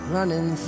Running